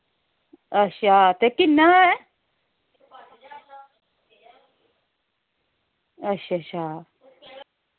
अच्छा ते किन्ने दा ऐ अच्छा अच्छा